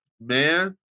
man